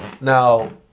now